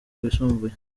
rwisumbuye